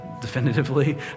definitively